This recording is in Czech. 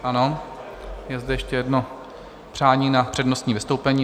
Ano, je zde ještě jedno přání na přednostní vystoupení.